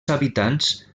habitants